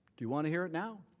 do you want to hear it now?